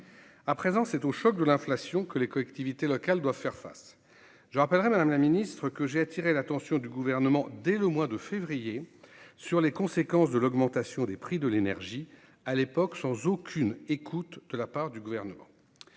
à présent c'est au choc de l'inflation, que les collectivités locales doivent faire face, je rappellerai, Madame la Ministre, que j'ai attiré l'attention du gouvernement dès le mois de février sur les conséquences de l'augmentation des prix de l'énergie, à l'époque, sans aucune écoute de la part du gouvernement,